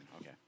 Okay